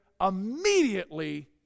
Immediately